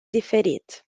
diferit